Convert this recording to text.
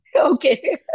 Okay